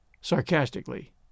sarcastically